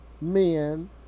men